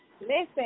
Listen